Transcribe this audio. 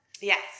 Yes